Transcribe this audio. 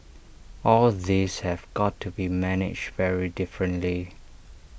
all these have got to be managed very differently